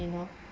you know